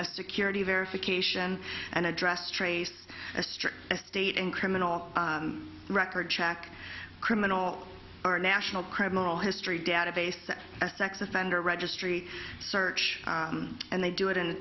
a security verification and address trace a strip a state in criminal record check criminal or national criminal history database a sex offender registry search and they do it in a